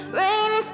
rain